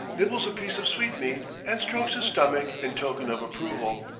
nibbles a piece of sweetmeat, and strokes his stomach in token of approval.